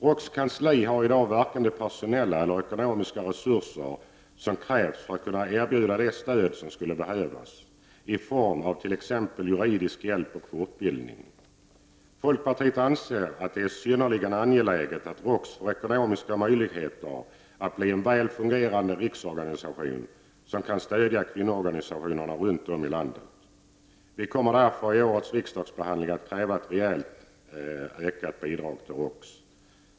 ROKS kansli har i dag varken de personella eller de ekonomiska resurser som krävs för att kunna erbjuda det stöd som skulle behövas, i form av t.ex. juridisk hjälp och fortbildning. Folkpartiet anser att det är synnerligen angeläget att ROKS får ekonomiska möjligheter att bli en väl fungerande riksorganisation som kan stödja kvinnoorganisationerna runt om i landet. Vi kommer därför att i årets riksdagsbehandling kräva ett rejält ökat bidrag till ROKS.